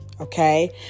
okay